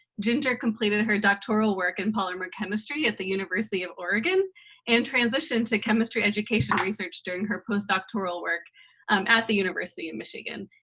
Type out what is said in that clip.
ginger completed her doctoral work in polymer chemistry at the university of oregon and transitioned to chemistry education research during her postdoctoral work um at the university of michigan.